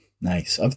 Nice